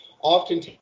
often